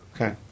Okay